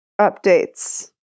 updates